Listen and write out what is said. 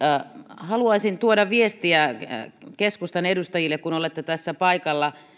haluaisin tuoda viestiä keskustan edustajille kun olette tässä paikalla